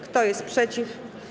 Kto jest przeciw?